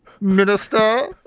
minister